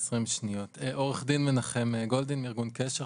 עו"ד מנחם גולדין מארגון קשר,